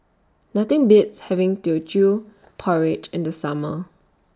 Nothing Beats having Teochew Porridge in The Summer